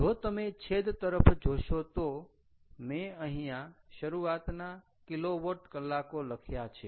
જો તમે છેદ તરફ જોશો તો મેં અહીંયા શરૂઆતના કિલોવોટ કલાકો લખ્યા છે